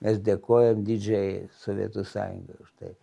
mes dėkojam didžiajai sovietų sąjungai už tai